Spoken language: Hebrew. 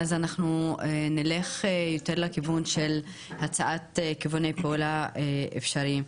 ואז אנחנו נלך יותר לכיוון של הצעת כיווני פעולה אפשריים.